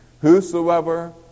Whosoever